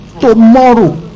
Tomorrow